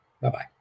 Bye-bye